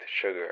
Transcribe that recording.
sugar